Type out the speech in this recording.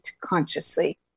consciously